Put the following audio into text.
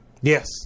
Yes